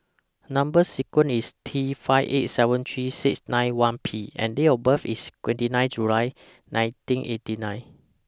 Number sequence IS T five eight seven three six nine one P and Date of birth IS twenty nine July nineteen eighty nine